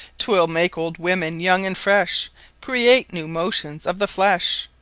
twill make old women young and fresh create new-motions of the flesh,